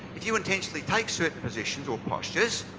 if you intentionally take certain positions or postures,